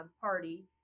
party